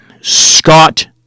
Scott